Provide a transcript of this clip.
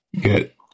get